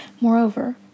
Moreover